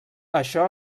això